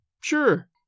Sure